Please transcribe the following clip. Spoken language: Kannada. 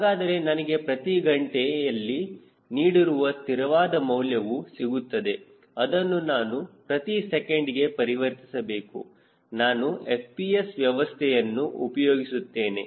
ಹಾಗಾದರೆ ನನಗೆ ಈಗ ಪ್ರತಿ ಗಂಟೆಯಲ್ಲಿ ನೀಡಿದರು ಸ್ಥಿರವಾದ ಮೌಲ್ಯವು ಸಿಗುತ್ತಿದೆ ಅದನ್ನು ನಾನು ಪ್ರತಿ ಸೆಕೆಂಡಿಗೆ ಪರಿವರ್ತಿಸಬೇಕು ನಾನು FPS ವ್ಯವಸ್ಥೆಯನ್ನು ಉಪಯೋಗಿಸುತ್ತೇನೆ